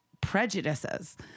prejudices